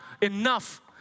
enough